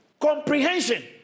Comprehension